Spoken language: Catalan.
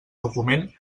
document